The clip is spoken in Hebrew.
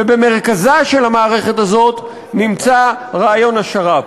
ובמרכזה של המערכת הזאת נמצא רעיון השר"פ.